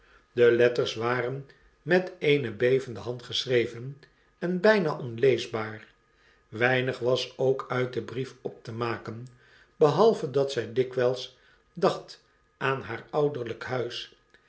de letters waren met eene bevende hand geschreven en byna onleesbaar weinig was ook uit den brief op te maken behalve dat zjj dikwyls dacht aan haar ouderlyk huis